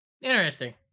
Interesting